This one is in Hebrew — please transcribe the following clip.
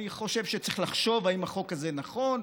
אני חושב שצריך לחשוב אם החוק הזה נכון.